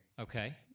Okay